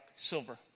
Silver